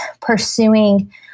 pursuing